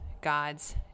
God's